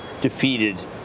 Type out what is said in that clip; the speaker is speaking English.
defeated